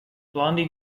blondie